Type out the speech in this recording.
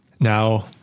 Now